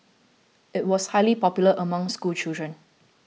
it was highly popular among schoolchildren